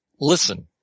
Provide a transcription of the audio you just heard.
Listen